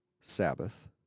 Sabbath